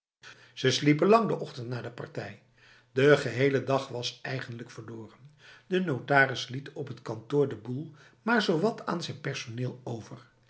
ze sliepen lang de ochtend na de partij de gehele dag was eigenlijk verloren de notaris liet op t kantoor de boel maar zowat aan zijn personeel over